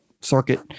circuit